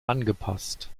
angepasst